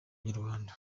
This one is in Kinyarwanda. inyarwanda